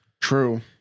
True